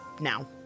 now